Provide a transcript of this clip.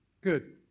Good